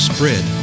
Spread